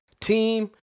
team